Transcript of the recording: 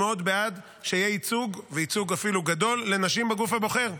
שיהיה ייצוג ואפילו ייצוג גדול לנשים בגוף הבוחר.